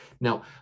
Now